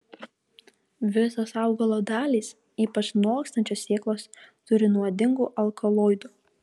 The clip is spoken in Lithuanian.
visos augalo dalys ypač nokstančios sėklos turi nuodingų alkaloidų